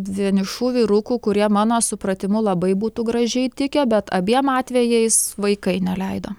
vienišų vyrukų kurie mano supratimu labai būtų gražiai tikę bet abiem atvejais vaikai neleido